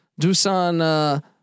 Dusan